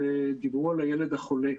דיברו על הילד החולה,